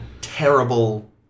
Terrible